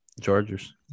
Chargers